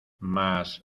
mas